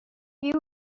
you